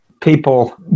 people